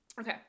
Okay